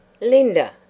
Linda